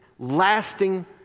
lasting